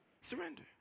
Surrender